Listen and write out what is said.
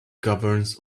governs